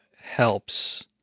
helps